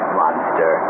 monster